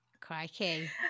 Crikey